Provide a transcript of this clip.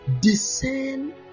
Descend